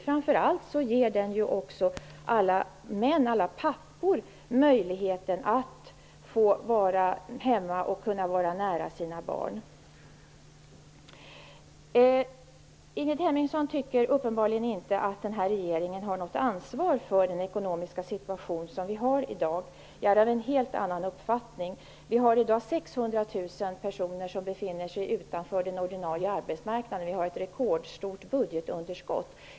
Framför allt ger den också alla pappor möjlighet att vara hemma och vara nära sina barn. Ingrid Hemmingsson tycker uppenbarligen inte att denna regering har något ansvar för den ekonomiska situation som vi har i dag. Jag är av en helt annan uppfattning. Vi har i dag 600 000 personer som befinner sig utanför den ordinarie arbetsmarknaden, och vi har ett rekordstort budgetunderskott.